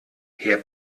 herr